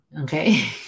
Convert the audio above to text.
okay